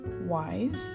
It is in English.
wise